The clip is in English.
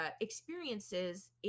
experiences